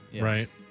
right